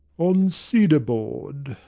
on cedar board.